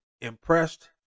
impressed